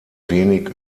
wenig